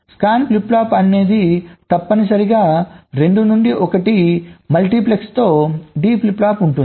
scan flip flop అనేది తప్పనిసరిగా 2 నుండి 1 మల్టీప్లెక్సర్తో D ఫ్లిప్ ఫ్లాప్ ఉంటుంది